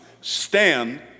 Stand